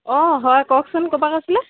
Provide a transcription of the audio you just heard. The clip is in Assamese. অঁ হয় কওকচোন ক'ৰপৰা কৈছিলে